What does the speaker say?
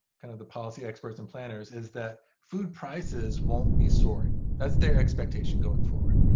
kind of the policy experts and planners is that food prices won't be soaring. that's their expectation going forward.